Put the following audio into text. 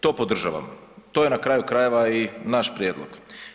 To podržavam, to je na kraju krajeva i naš prijedlog.